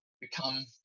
become